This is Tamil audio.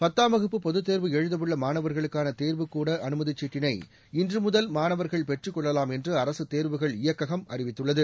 பத்தாம் வகுப்பு பொதுத் தேர்வு எழுத உள்ள மாணவர்களுக்கான தேர்வுக்கூட அனுமதிச்சீட்டினை இன்று முதல் மாணவர்கள் பெற்றுக் கொள்ளலாம் என்று அரசு தேர்வுகள் இயக்ககம் அறிவித்துள்ளது